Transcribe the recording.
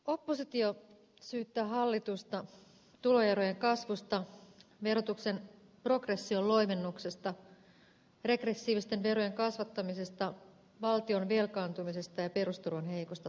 oppositio syyttää hallitusta tuloerojen kasvusta verotuksen progression loivennuksesta regressiivisten verojen kasvattamisesta valtion velkaantumisesta ja perusturvan heikosta tasosta